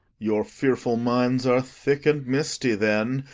your fearful minds are thick and misty, then,